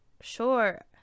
sure